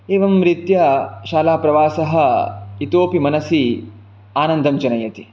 एवं रीत्या शालाप्रवासः इतोपि मनसि आनन्दं जनयति